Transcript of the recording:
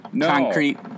concrete